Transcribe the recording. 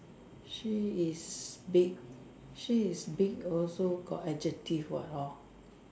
she is big she is big also got adjective what hor